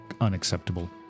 unacceptable